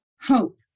Hope